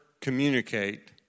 communicate